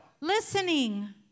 listening